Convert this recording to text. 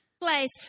place